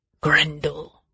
Grendel